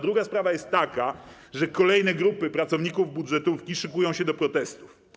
Druga sprawa jest taka, że kolejne grupy pracowników budżetówki szykują się do protestów.